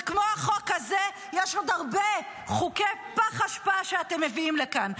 וכמו החוק הזה יש עוד הרבה חוקי פח אשפה שאתם מביאם לכאן.